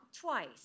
twice